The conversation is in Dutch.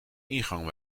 ingang